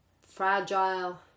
fragile